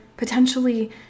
potentially